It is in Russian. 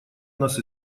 нас